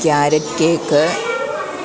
carrot cake